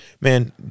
man